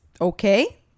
okay